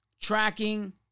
tracking